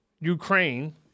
Ukraine